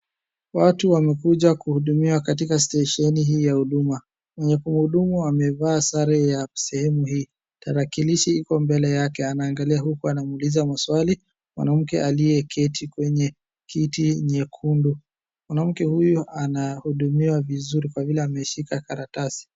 Watu wamekuja kuhudumiwa katika stesheni hii ya huduma. Wenye kuwahudumu wamevaa sare ya sehemu hii. Tarakilishi iko mbele yake, anaangalia uku anamuuliza maswali mwanamke aliyeketi kwenye kiti nyekundu. Mwanamke huyu anahudumiwa vizuri kwa vile ameshika karatasi.